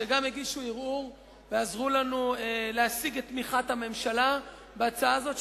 שהגישו ערעור ועזרו לנו להשיג את תמיכת הממשלה בהצעה הזאת,